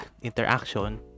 interaction